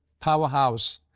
powerhouse